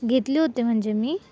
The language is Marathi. घेतले होते म्हणजे मी